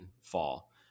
fall